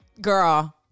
Girl